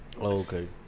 okay